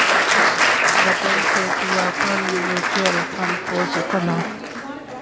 button से तू आपन म्युचुअल फ़ंड खोल सकला